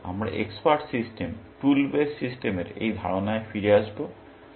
তারপর আমরা expert system tool based সিস্টেমের এই ধারণায় ফিরে আসব